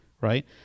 right